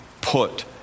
put